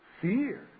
fear